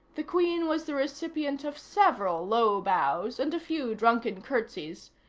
the queen was the recipient of several low bows and a few drunken curtsies,